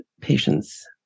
patients